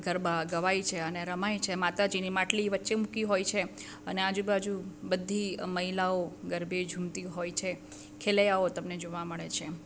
ગરબા ગવાય છે અને રમાય છે માતાજીની માટલી વચ્ચે મૂકી હોય છે અને આજુબાજુ બધી મહિલાઓ ગરબે ઝૂમતી હોય છે ખેલૈયાઓ તમને જોવા મળે છે